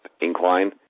incline